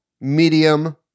medium